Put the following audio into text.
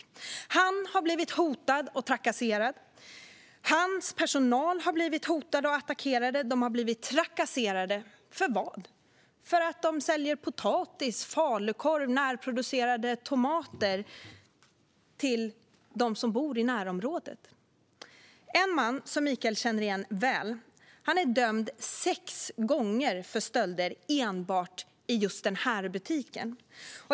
Mikael har blivit hotad och trakasserad, och hans personal har blivit hotad och attackerad. Personalen har trakasserats. För vad? För att de säljer potatis, falukorv och närproducerade tomater till dem som bor i närområdet. En man som Mikael känner igen väl är dömd sex gånger för stölder enbart i just den butiken.